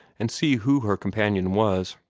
and see who her companion was.